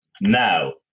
now